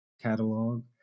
catalog